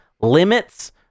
limits